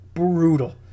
Brutal